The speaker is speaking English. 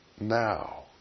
now